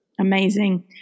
Amazing